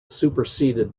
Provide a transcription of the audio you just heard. superseded